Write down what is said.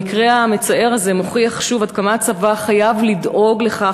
המקרה המצער הזה מוכיח שוב עד כמה הצבא חייב לדאוג לכך